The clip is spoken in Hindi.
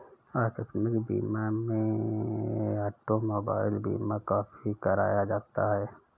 आकस्मिक बीमा में ऑटोमोबाइल बीमा काफी कराया जाता है